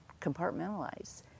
compartmentalize